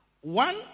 one